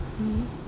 mmhmm